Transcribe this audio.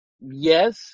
yes